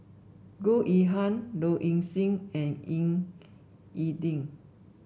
Goh Yihan Low Ing Sing and Ying E Ding